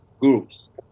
groups